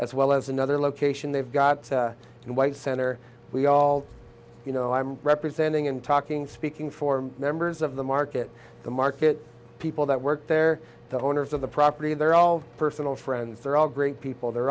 as well as another location they've got in white center we all you know i'm representing i'm talking speaking for members of the market the market people that work there the owners of the property they're all personal friends they're all great people the